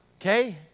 Okay